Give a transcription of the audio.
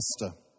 master